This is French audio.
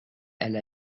elle